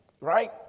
Right